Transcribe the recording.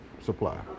supply